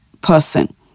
person